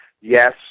Yes